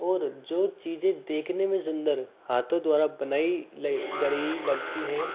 और जो चीज़ें देखने में सुंदर हाथों द्वारा बनाई गई लगती है